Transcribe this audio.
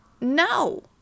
No